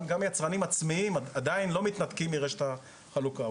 גם יצרנים עצמיים עדיין לא מתנתקים מרשת החלוקה,